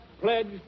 pledged